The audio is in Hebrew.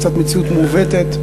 זו מציאות קצת מעוותת,